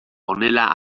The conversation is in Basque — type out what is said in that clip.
honela